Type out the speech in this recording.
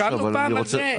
חשבנו פעם על זה?